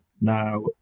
now